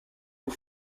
aux